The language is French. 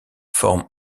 forme